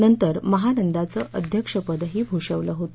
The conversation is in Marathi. नंतर महानंदाचे अध्यक्षपदही भूषविले होते